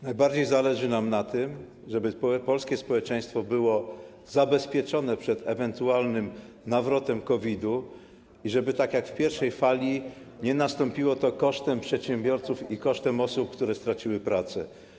Najbardziej zależy nam na tym, żeby polskie społeczeństwo było zabezpieczone przed ewentualnym nawrotem COVID-u i żeby tak jak w pierwszej fali nie nastąpiło to kosztem przedsiębiorców i kosztem osób, które straciły pracę.